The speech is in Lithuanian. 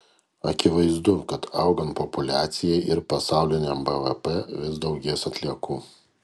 akivaizdu kad augant populiacijai ir pasauliniam bvp vis daugės atliekų